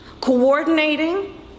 coordinating